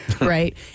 right